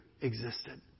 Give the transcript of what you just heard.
existed